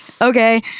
okay